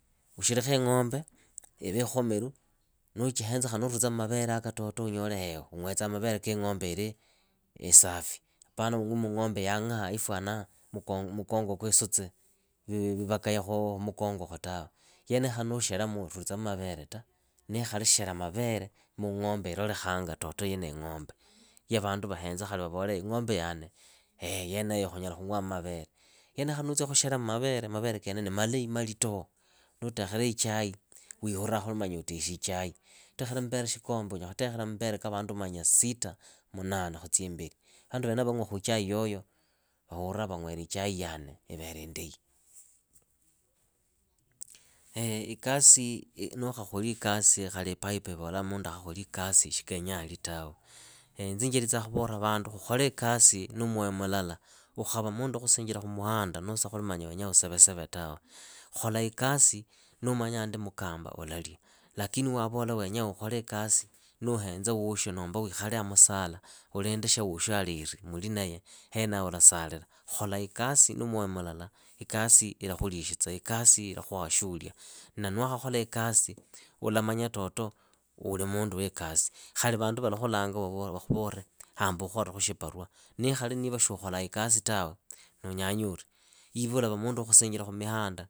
Usherekhe ing'ombe ive ikhomeru, nuuchihenza khali nuurulitsamu mavereaka unyole ung'wetsa mbele kiing'ombe ili isafi. Apana ung'wi muung'ombe yang'aha ifuana mukongo kwiisutsi vivakaya khumukongoukhu tawe, yenyeyo khali nuusheramu urutsamu mbele ta, niikhali shera mavere muung'ombe ilolekhanga ni ing'ombe. Ya vandu vahenzamu khali vavole ing'ombe ya wane yeneyo khunyala khung'wamu mavere, yeneyo khali nuushelamu mbele kene ni malahi malitoho, nuutekhela ichai wiihuraa khuli utekhi ichai. Mbele shikombe unyala khutekhela vandu manya sita munane khutsia imbeli. Vandu venavo vang'wakhu ichai yoyo vahuraa vang'were ichai ili indahi. ikasi, nuukhakholi ikasi khali ipaipo ivola mundu naakhakholi ikasi kenyaa ali tawe. Inze njelitsaa khuvola vandu khukhole ikasi na myoyo mulala. ukhava khuli mundu wenya khusinjila khumuhanda khuli manya wenyaa usavesave tawe. Khola ikasi nuumanya mukamba ulalya. Lakini waavola wenyaa ukhole ikasi nuuhenza woosho nohoo wiikhale hamusala ulinde shya woosho aleri muli naye, henaho ulasalila. Khola ikasi na myoyo mulala, ikasi ilakhulikhitsa, ikasi ilakhuha shuulia, na niwaakhakhola ikasi ulamanya uli mundu wa ikasi. khali vandu valakhulanga vakhuvole hamba ukholekhu shiparua. Niikhali niiva shiukholaa ikasi tawe niunyanye ori, niva ulava mundu wa khusinjila khumihanda